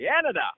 Canada